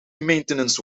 maintenance